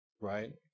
right